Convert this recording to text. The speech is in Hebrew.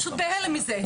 פשוט בהלם מזה.